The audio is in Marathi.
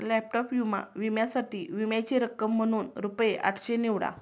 लॅपटॉप विमा विम्यासाठी विम्याची रक्कम म्हणून रुपये आठशे निवडा